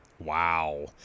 Wow